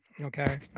okay